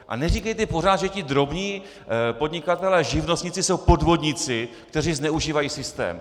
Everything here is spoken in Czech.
A neříkejte pořád, že ti drobní podnikatelé, živnostníci, jsou podvodníci, kteří zneužívají systém.